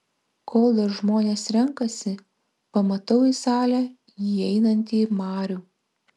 kol dar žmonės renkasi pamatau į salę įeinantį marių